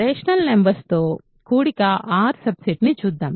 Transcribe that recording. rational numbers తో కూడిన R subset ని చూద్దాం